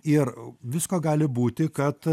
ir visko gali būti kad